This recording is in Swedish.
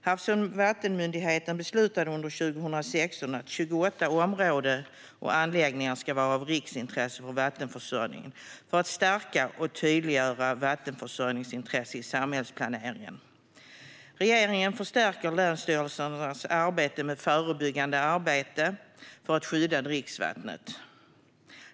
Havs och vattenmyndigheten beslutade 2016 att 28 områden och anläggningar ska vara av riksintresse för vattenförsörjningen för att stärka och tydliggöra vattenförsörjningsintresset i samhällsplaneringen. Regeringen förstärker länsstyrelsernas förebyggande arbete för att skydda dricksvattnet.